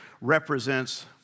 represents